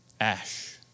ash